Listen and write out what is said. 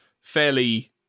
fairly